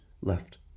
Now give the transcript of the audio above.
left